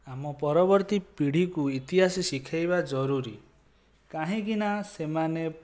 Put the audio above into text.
ଆମ ପରବର୍ତ୍ତୀ ପିଢ଼ୀକୁ ଇତିହାସ ଶିଖାଇବା ଜରୁରି କାହିଁକି ନା ସେମାନେ